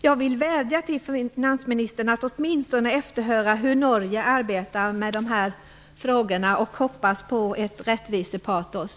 Jag vill vädja till finansministern att åtminstone efterhöra hur Norge arbetar med de här frågorna. Jag hoppas på ett rättvisepatos.